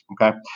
Okay